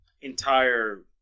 entire